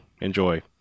Enjoy